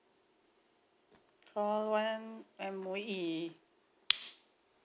call one M_O_E